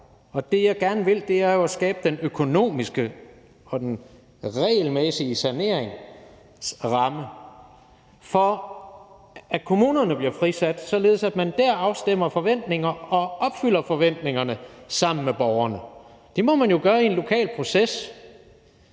og det, jeg gerne vil, er jo at skabe den økonomiske og den regelmæssige saneringsramme for, at kommunerne bliver frisat, således at man der afstemmer forventninger og opfylder forventninger sammen med borgerne. Det må man jo gøre i en lokal proces